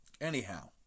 Anyhow